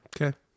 Okay